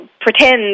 pretend